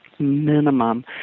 minimum